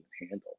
handle